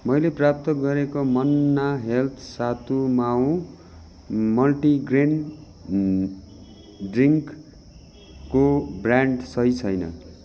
मैले प्राप्त गरेको मन्ना हेल्थ सातु मावु मल्टिग्रेन ड्रिङ्कको ब्रान्ड सही छैन